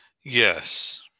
Yes